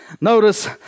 Notice